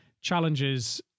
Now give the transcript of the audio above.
challenges